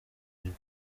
nkiko